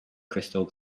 crystal